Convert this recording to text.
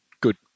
good